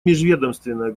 межведомственная